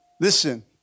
Listen